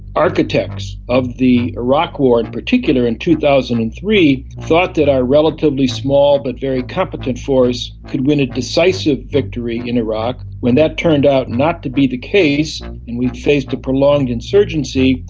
architects of the iraq war in particular in two thousand and three thought that our relatively small but very competent force could win a decisive victory in iraq. when that turned out not to be the case and we faced a prolonged insurgency,